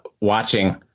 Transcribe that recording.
watching